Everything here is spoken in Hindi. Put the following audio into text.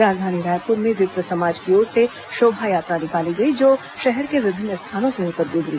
राजधानी रायपुर में विप्र समाज की ओर शोभा यात्रा निकाली गई जो शहर के विभिन्न स्थानों से होकर गुजरी